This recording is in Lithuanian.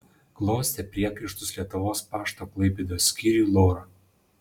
klostė priekaištus lietuvos pašto klaipėdos skyriui lora